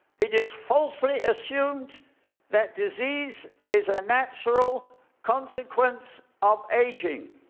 it is falsely assumed that disease is a natural consequence of aging.